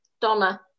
Donna